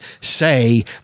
say